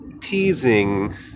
teasing